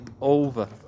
Over